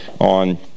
on